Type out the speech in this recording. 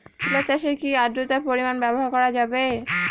তুলা চাষে কি আদ্রর্তার পরিমাণ ব্যবহার করা যাবে?